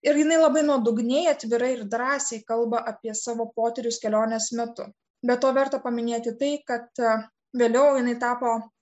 ir jinai labai nuodugniai atvirai ir drąsiai kalba apie savo potyrius kelionės metu be to verta paminėti tai kad vėliau jinai tapo